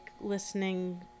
listening